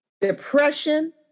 depression